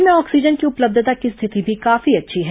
राज्य में ऑक्सीजन की उपलब्धता की स्थिति भी काफी अच्छी है